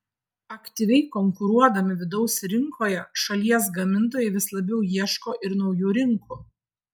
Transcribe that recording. aktyviai konkuruodami vidaus rinkoje šalies gamintojai vis labiau ieško ir naujų rinkų